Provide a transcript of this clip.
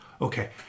okay